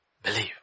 Believe